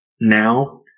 now